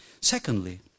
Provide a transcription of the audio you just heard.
Secondly